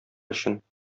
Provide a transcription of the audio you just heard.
өчен